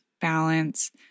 balance